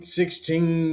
sixteen